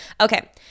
Okay